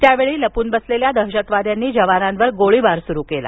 त्यावेळी लपून बसलेल्या दहशतवाद्यांनी जवानांवर गोळीबार सुरु केला